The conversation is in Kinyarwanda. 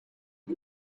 ngo